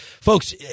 Folks